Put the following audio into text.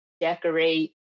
decorate